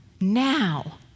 Now